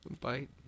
Bite